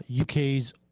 UK's